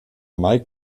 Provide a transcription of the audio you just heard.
mike